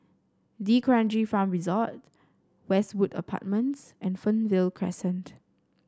D'Kranji Farm Resort Westwood Apartments and Fernvale Crescent